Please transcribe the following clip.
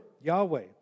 Yahweh